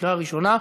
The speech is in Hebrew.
בקריאה ראשונה.